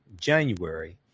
January